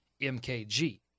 MKG